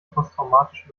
posttraumatische